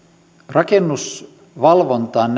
rakennusvalvontaan